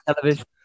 television